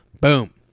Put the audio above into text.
Boom